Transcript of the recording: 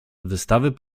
wystawy